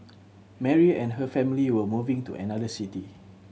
Mary and her family were moving to another city